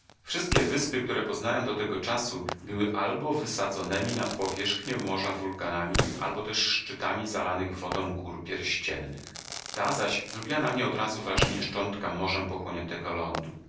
wszystkie wyspy które poznałem do tego czasu były albo wysadzonemi nad powierzchnię morza wulkanami albo też szczytami zalanych wodą gór pierściennych ta zaś zrobiła na mnie odrazu wrażenie szczątka morzem pochłoniętego lądu